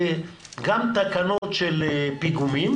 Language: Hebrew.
גם תקנות של פיגומים,